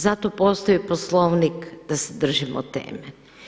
Zato postoji Poslovnik da se držimo teme.